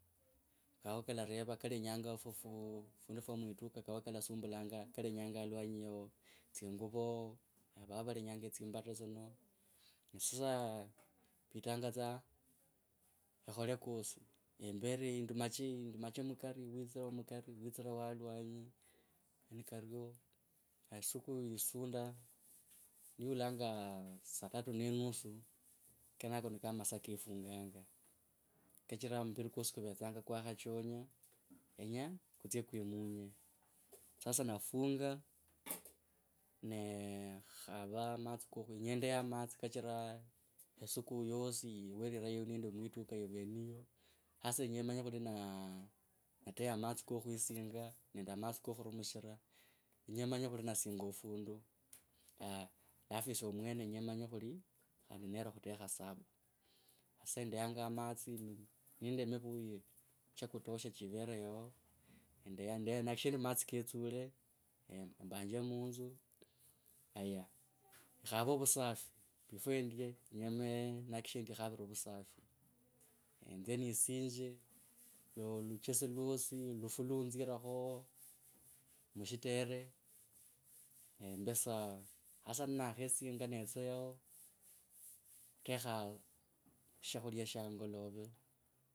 Kakho kalareva kalenyanga fu, fundu fwo mwituka kao kalasumbulanga kalenyanga alwanyi yao, tsinguvo ne vao valenya tsimbata tsino. Sasa pitanga tsa ekhole kosi, yimberi, ndumacho hei, ndumache mukari witsra wo mukari, witsre wa alwanyi, ni kario na esuku yisunda, ni yulanga saa tatu ne nusu kenako nika masaa kefunganga. Kachira mumbiri kwosi kuvetsanga kwakhachonya, yenya kutsie kwimunye sasa nafunga ne khava matsi kokhu, nendeya matsi, kachira esuku yosi yiwerireyo nendi mwituka evweni eyo, hasa yenya emanye khuli na nateya matsi kakhwisinga nende a matsi kokhurumishira. Kenya manye khuli nasinga ofundu. alafu esye mwene kenya manye khuli khandi near khutekha sapa. Esaa yendeyanga matsi nende mivuyu eki cha kutosha chivere yao nendeya neshiri matsi ketsule e mbanje munzu haya khave vusafi before yenya ne nakikishe endi khavre vusafi. Enzye nisinje, oluchesi lwosi. Lufu lunzirekho mushitere mbe sawa sasa ninakhe singa netsa yao. Khutekha shakhulya sha angolove